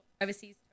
Overseas